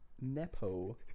Nepo